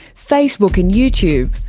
facebook and youtube.